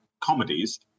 comedies